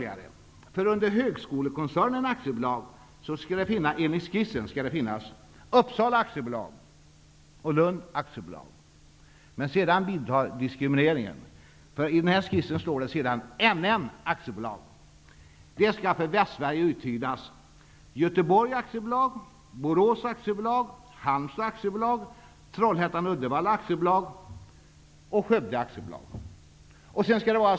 Inordnat under Högskolekoncernen AB finns Uppsala AB, Lund AB och NN AB. Här förekommer således en diskriminering. NN AB Skövde AB.